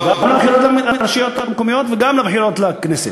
גם לבחירות לרשויות המקומיות וגם לבחירות לכנסת.